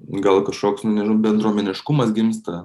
gal kažkoks bendruomeniškumas gimsta